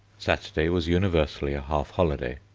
saturday was universally a half-holiday.